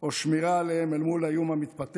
או שמירה עליהם אל מול האיום המתפתח,